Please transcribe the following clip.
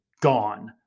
gone